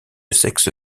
sexe